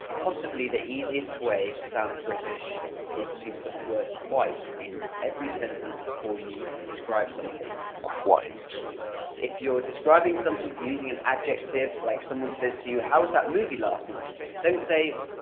possibly the easiest way to sound british is to put the word quite in every sentence before you describe something quite if you're describing something, if you're using an adjective, if like someone says to you how was that movie last night don't say,